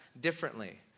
differently